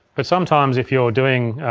but sometimes if you're doing